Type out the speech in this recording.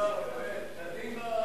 התשע"א 2011,